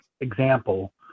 example